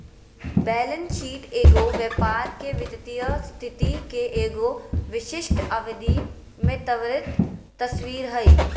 balance sheet एगो व्यापार के वित्तीय स्थिति के एगो विशिष्ट अवधि में त्वरित तस्वीर हइ